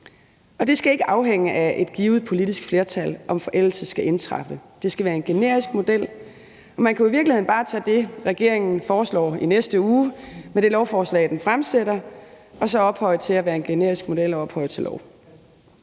Det skal ikke afhænge af et givet politisk flertal, om forældelse skal indtræde . Det skal være en generisk model. Man kunne jo i virkeligheden bare tage det, regeringen foreslår i næste uge, altså det lovforslag, den fremsætter, og så ophøje det til at være en generisk model, som så kan ophøjes til lov.